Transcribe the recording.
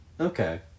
Okay